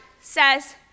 says